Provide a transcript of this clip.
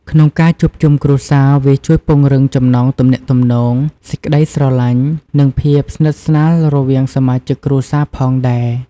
ក្នុងការជួបជុំគ្រួសារ វាជួយពង្រឹងចំណងទំនាក់ទំនង សេចក្តីស្រឡាញ់ និងភាពស្និទស្នាលរវាងសមាជិកគ្រួសារផងដែរ។